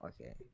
Okay